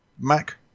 Mac